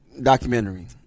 documentary